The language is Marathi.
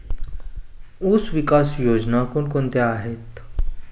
ऊसविकास योजना कोण कोणत्या आहेत?